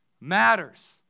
matters